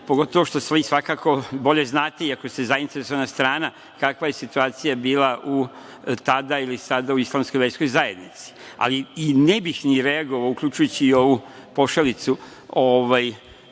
pogotovo što vi svakako bolje znate, iako ste zainteresovana strana, kakva je situacija bila tada ili sada u islamskoj verskoj zajednici. Ali, ne bih ni reagovao, uključujući i ovu pošalicu na